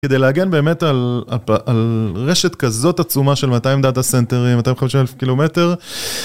כדי להגן באמת על רשת כזאת עצומה של 200 דאטה סנטרים, 250 אלף קילומטר.